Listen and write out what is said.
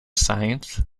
science